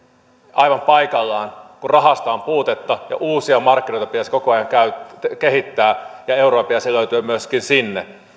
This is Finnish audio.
aivan paikallaan kun rahasta on puutetta ja uusia markkinoita pitäisi koko ajan kehittää ja euroja pitäisi löytyä myöskin sinne